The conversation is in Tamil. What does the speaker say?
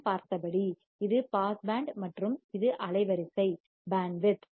நாம் பார்த்தபடி இது பாஸ் பேண்ட் மற்றும் இது அலைவரிசைபேண்ட் வித்